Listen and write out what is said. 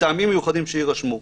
מטעמים מיוחדים שיירשמו".